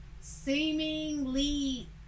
seemingly